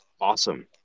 awesome